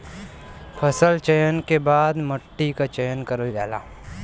फसल चयन के बाद मट्टी क चयन करल जाला